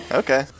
okay